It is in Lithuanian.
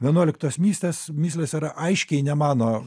vienuoliktos mįslės mįslės yra aiškiai ne mano